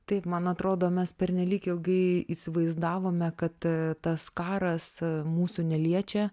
taip man atrodo mes pernelyg ilgai įsivaizdavome kad tas karas mūsų neliečia